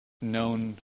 known